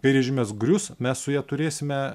kai režimas grius mes su ja turėsime